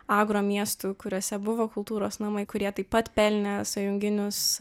agro miestų kuriuose buvo kultūros namai kurie taip pat pelnė sąjunginius